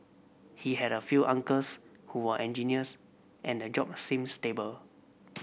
he had a few uncles who were engineers and the job seemed stable